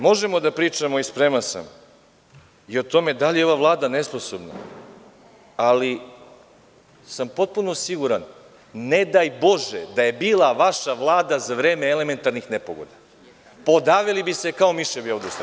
Možemo da pričamo i spreman sam i o tome da li je ova Vlada nesposobna, ali sam potpuno siguran, ne daj bože da je bila vaša vlada za vreme elementarnih nepogoda, podavili bi se kao miševi ovde u Srbiji.